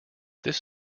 this